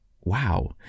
Wow